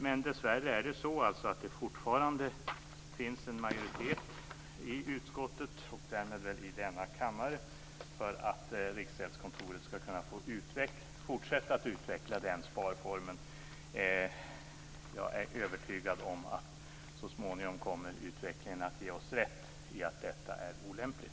Men dessvärre finns det fortfarande en majoritet i utskottet, och därmed väl i denna kammare, för att Riksgäldskontoret ska få fortsätta att utveckla den här sparformen. Jag är övertygad om att utvecklingen så småningom kommer att ge oss rätt i att detta är olämpligt.